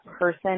person